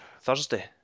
Thursday